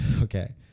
Okay